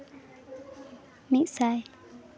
ᱢᱤᱫ ᱥᱟᱭ